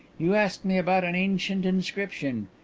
you asked me about an ancient inscription.